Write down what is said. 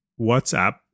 WhatsApp